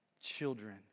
children